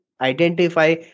identify